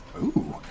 ooh!